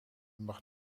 mag